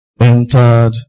entered